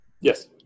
Yes